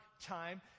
time